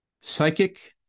psychic